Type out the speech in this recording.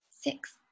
six